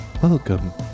Welcome